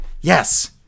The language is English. Yes